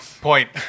Point